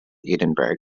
edinburgh